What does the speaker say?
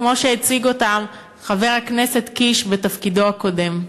כמו שהציג אותם חבר הכנסת קיש בתפקידו הקודם.